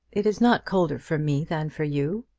it is not colder for me than for you.